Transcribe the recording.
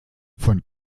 von